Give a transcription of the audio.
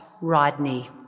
Rodney